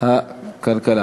הכלכלה